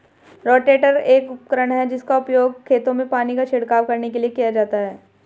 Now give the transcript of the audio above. rotator एक उपकरण है जिसका उपयोग खेतों में पानी का छिड़काव करने के लिए किया जाता है